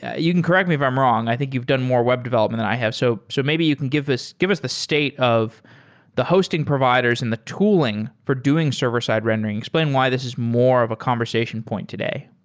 ah you can correct me if i'm wrong. i think you've done more web development than i have. so so maybe you can give us give us the state of the hosting providers and the tooling for doing server-side rendering. explain why this is more of a conversation point today.